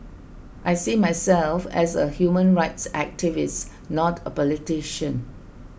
I see myself as a human rights activist not a politician